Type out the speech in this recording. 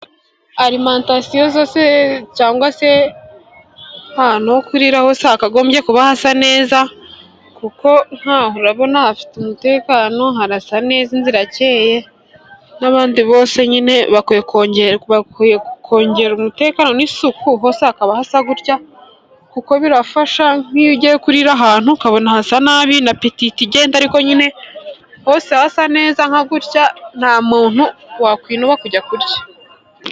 Arimatasiyo zose cyangwa se ahantu ho kurira hose hakagombye kuba hasa neza, kuko nkaha urabona hafite umutekano, harasa neza, inzu irakeye n'abandi bose nyine bakwiye kongera umutekano n'isuku hose hakaba hasa gutya, kuko birafasha nk'iyo ugiye kurira ahantu ukabona hasa nabi na peti ihita igenda ariko nyine hose haba hasa neza nka gutya nta muntu wakwinuba kujya kurya.